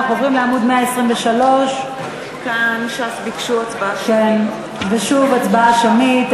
אנחנו עוברים לעמוד 123. שוב הצבעה שמית,